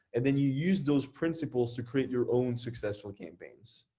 and then you use those principles to create your own successful campaigns.